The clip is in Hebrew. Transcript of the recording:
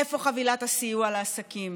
איפה חבילת הסיוע לעסקים,